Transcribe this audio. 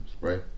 right